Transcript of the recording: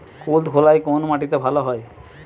কুলত্থ কলাই কোন মাটিতে ভালো হয়?